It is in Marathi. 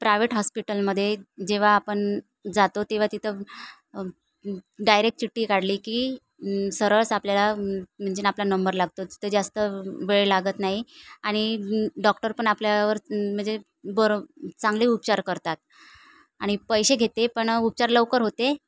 प्रायवेट हॉस्पिटलमध्ये जेव्हा आपण जातो तेव्हा तिथं डायरेक्ट चिठ्ठी काढली की सरळ आपल्याला म्हणजे नं आपला नंबर लागतो तिथे जास्त वेळ लागत नाही आणि डॉक्टर पण आपल्यावर म्हणजे बरं चांगले उपचार करतात आणि पैसे घेते पण उपचार लवकर होते